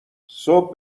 صبح